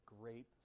great